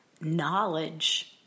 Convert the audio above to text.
knowledge